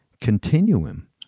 continuum